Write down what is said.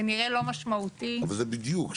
זה נראה לא משמעותי --- אבל זה בדיוק,